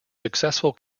successful